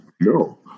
No